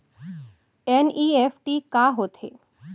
NEFT का होथे?